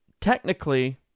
technically